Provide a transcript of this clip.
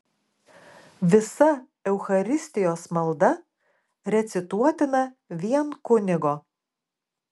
visa eucharistijos malda recituotina vien kunigo